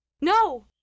No